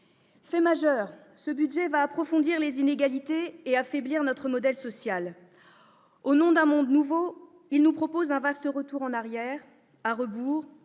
Fait majeur, ce budget va approfondir les inégalités et affaiblir notre modèle social. Au nom d'un monde nouveau, il nous propose un vaste retour en arrière, à rebours